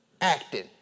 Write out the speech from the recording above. acting